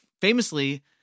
Famously